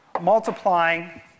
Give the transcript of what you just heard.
multiplying